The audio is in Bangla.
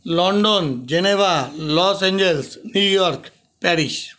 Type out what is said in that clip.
London Geneva Los Angeles New York Paris